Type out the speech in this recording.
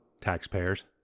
taxpayers